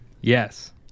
Yes